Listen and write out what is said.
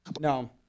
No